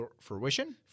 fruition